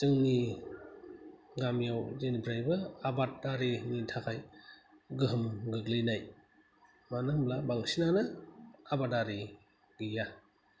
जोंनि गामियाव जेनिफ्रायबो आबादारिनि थाखाय गोहोम गोग्लैनाय मानो होमब्ला बांसिनानो आबादारि गैया